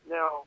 Now